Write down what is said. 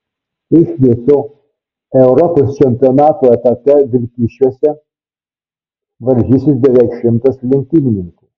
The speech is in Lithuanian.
iš viso europos čempionato etape vilkyčiuose varžysis beveik šimtas lenktynininkų